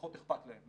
פחות אכפת להם.